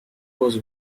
was